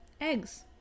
Eggs